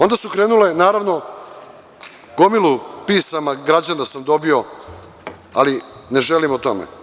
Onda je krenulo, naravno, gomilu pisama koja sam od građana dobio, ali ne želim o tome.